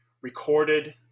recorded